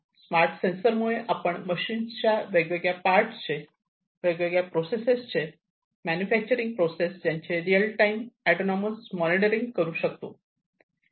smart sensors मुळे आपण मशीनच्या वेगवेगळ्या पार्ट चे वेगवेगळ्या प्रोसेस चे मॅन्युफॅक्चरिंग प्रोसेस यांचे रियल टाईम ऑटोनॉमस मॉनिटरिंग करू शकतो